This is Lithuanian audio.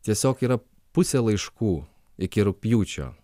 tiesiog yra pusė laiškų iki rugpjūčio